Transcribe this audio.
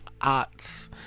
arts